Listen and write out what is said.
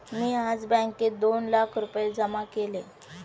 मी आज बँकेत दोन लाख रुपये जमा केले